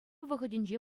вӑхӑтӗнче